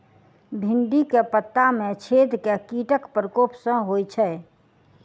भिन्डी केँ पत्ता मे छेद केँ कीटक प्रकोप सऽ होइ छै?